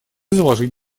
заложить